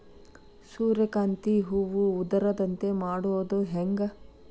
ಸೂರ್ಯಕಾಂತಿ ಹೂವ ಉದರದಂತೆ ಮಾಡುದ ಹೆಂಗ್?